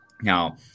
Now